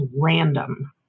random